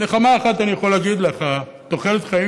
נחמה אחת אני יכול להגיד לך: תוחלת החיים